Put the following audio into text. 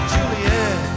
Juliet